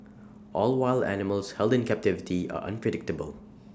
all wild animals held in captivity are unpredictable